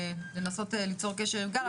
לנסות ליצור קשר עם גל.